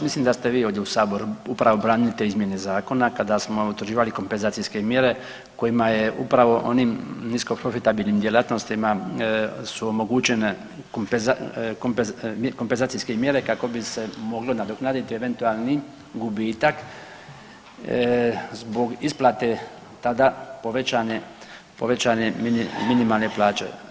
Mislim da ste vi ovdje u saboru upravu branili te izmjene zakona kada smo utvrđivali kompenzacijske mjere kojima je upravo onim nisko profitabilnim djelatnostima su omogućene kompenzacijske mjere kako bi se mogle nadoknaditi eventualni gubitak zbog isplate tada povećane minimalne plaće.